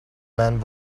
man